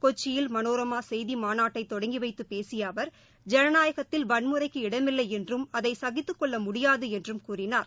கொச்சியில் மனோரமாசெய்திமாநாட்டைதொடங்கிவைத்தபேசியஅவா் ஜனநாயகத்தில் வன்முறைக்கு இடமில்லைஎன்றும் அதைசகித்தகொள்ளமுடியாதுஎன்றும் கூறினார்